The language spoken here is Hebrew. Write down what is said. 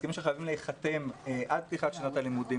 הסכמים שחייבים להיחתם עד לפתיחת שנת הלימודים,